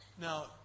Now